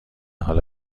حال